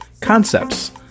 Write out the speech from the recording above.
Concepts